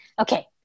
Okay